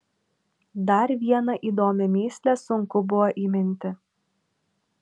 dar vieną įdomią mįslę sunku buvo įminti